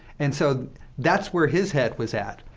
and so that's where his head was at.